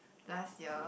last year